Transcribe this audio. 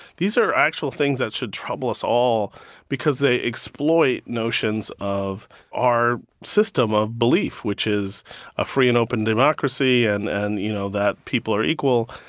these are actual things that should trouble us all because they exploit notions of our system of belief, which is a free and open democracy and and, you know, that people are equal.